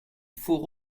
faut